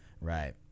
right